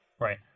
right